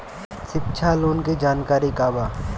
शिक्षा लोन के जानकारी का बा?